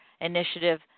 Initiative